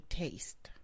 taste